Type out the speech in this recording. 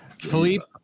Philippe